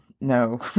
no